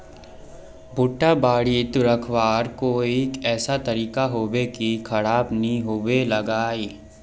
भुट्टा बारित रखवार कोई ऐसा तरीका होबे की खराब नि होबे लगाई?